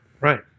Right